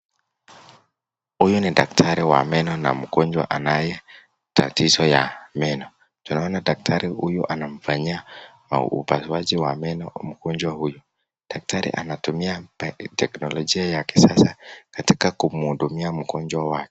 Huyu ni daktari wa meno na mgonjwa anayetatizo ya meno. Tunaona dakatri huyu anamfanyia upasuaji wa meno mgonjwa huyu. Daktari anatumia teknolojia ya kisasa katika kumhudumia mgonjwa wake.